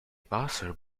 passer